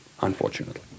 unfortunately